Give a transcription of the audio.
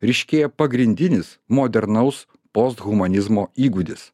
ryškėja pagrindinis modernaus posthumanizmo įgūdis